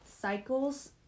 cycles